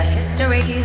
history